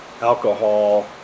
alcohol